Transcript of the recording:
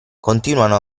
continuano